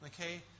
Okay